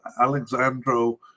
Alexandro